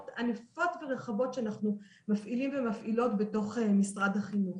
ענפות ורחבות שאנחנו מפעילים ומפעילות בתוך משרד החינוך.